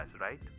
right